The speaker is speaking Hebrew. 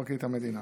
לפרקליט המדינה.